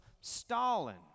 Stalin